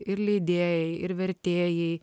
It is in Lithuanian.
ir leidėjai ir vertėjai